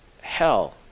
hell